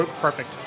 perfect